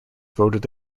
voted